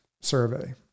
survey